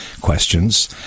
questions